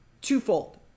twofold